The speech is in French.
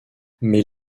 mais